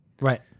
Right